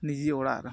ᱱᱤᱡᱮ ᱚᱲᱟᱜ ᱨᱮ ᱦᱚᱸ